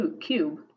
cube